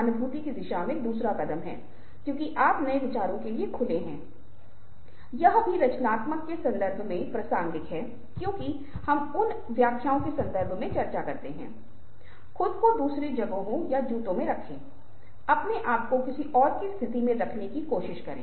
संभवतः यह इतना सरल प्रश्न है कि हम इस प्रश्न का उत्तर खोजने के लिए इच्छुक नहीं हो सकते हैं लेकिन हम 2 लोगों या 2 से अधिक लोगों के बारे में बात कर रहे हैं जो एक दूसरे के साथ बोल रहे हैं और संवाद करने की कोशिश कर रहे हैं